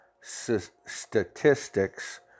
statistics